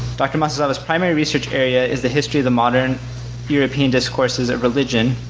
dr. masuzawa's primary research area is the history of the modern european discourses at religion,